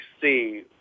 see